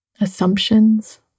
Assumptions